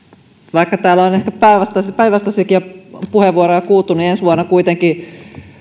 vaikka täällä on ehkä päinvastaisiakin puheenvuoroja kuultu niin ensi vuonna kuitenkin